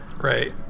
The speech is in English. right